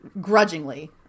grudgingly